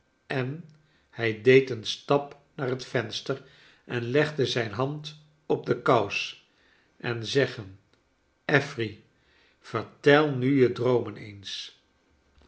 en hij deed een stap naar het venster en legde zijn hand op de kous en zeggen affery vertel nu je droomen eens